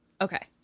Okay